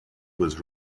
was